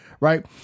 right